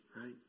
right